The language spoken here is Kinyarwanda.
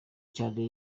cyane